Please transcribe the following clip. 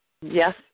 Yes